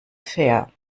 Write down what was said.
fair